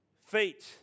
Feet